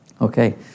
Okay